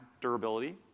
durability